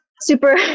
super